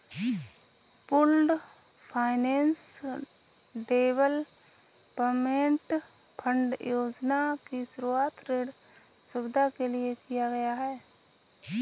pooled finance development fund योजना की शुरूआत ऋण सुविधा के लिए किया गया है